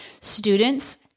students